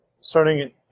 starting